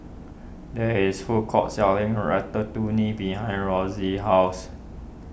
there is food court selling Ratatouille behind Rosey's house